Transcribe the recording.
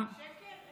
מה, שקר?